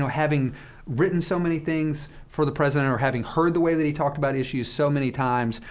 having written so many things for the president or having heard the way that he talked about issues so many times,